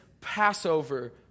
Passover